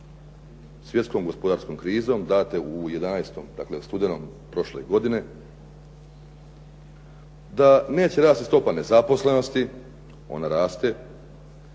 svjetskom gospodarskom krizom date u studenom prošle godine, da neće rasti stopa nezaposlenosti, ona raste